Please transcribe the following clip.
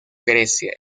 grecia